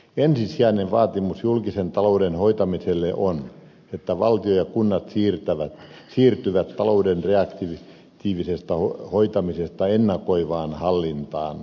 ensisijainen vaatimus julkisen talouden hoitamiselle on että valtio ja kunnat siirtyvät talouden reaktiivisesta hoitamisesta ennakoivaan hallintaan